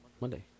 Monday